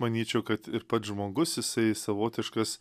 manyčiau kad ir pats žmogus jisai savotiškas